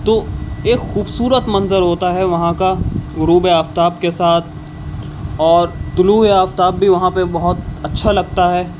تو ایک خوبصورت منظر ہوتا ہے وہاں کا غروب آفتاب کے ساتھ اور طلوع آفتاب بھی وہاں پہ بہت اچھا لگتا ہے